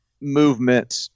movement